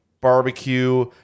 barbecue